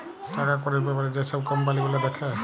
টাকা কড়ির ব্যাপারে যে ছব কম্পালি গুলা থ্যাকে